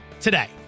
today